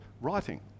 writing